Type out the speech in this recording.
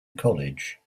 college